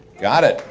got it,